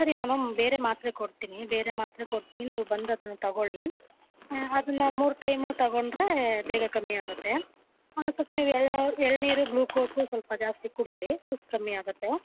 ಸರಿ ಮ್ಯಾಮ್ ನಾನು ಬೇರೆ ಮಾತ್ರೆ ಕೊಡ್ತೀನಿ ಬೇರೆ ಮಾತ್ರೆ ಕೊಡ್ತೀನಿ ನೀವು ಬಂದು ಅದನ್ನ ತೊಗೊಳಿ ಅದನ್ನ ಮೂರು ಟೈಮು ತೊಗೊಂಡ್ರೇ ಬೇಗ ಕಮ್ಮಿ ಆಗುತ್ತೆ ಆಮೇಲೆ ಸ್ವಲ್ಪ ನೀವು ಎಳ್ನೀರು ಎಳನೀರು ಗ್ಲೂಕೋಸು ಸ್ವಲ್ಪ ಜಾಸ್ತಿ ಕುಡೀರಿ ಸುಸ್ತು ಕಮ್ಮಿ ಆಗುತ್ತೆ